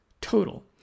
total